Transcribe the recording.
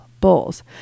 bowls